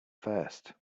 first